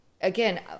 Again